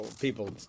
people